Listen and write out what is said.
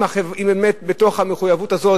אם המחויבות הזאת,